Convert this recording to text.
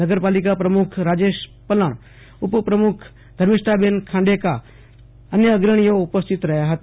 નગરપાલિકા પ્રમુખ રાજેશ પલણ ઉપપ્રમુખ ધર્મિષ્ઠાબેન ખાંડેકા અન્ય અગ્રણીઓ ઉપસ્થિત રહ્યા હતા